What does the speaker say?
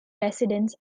residence